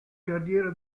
carriera